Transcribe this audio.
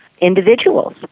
individuals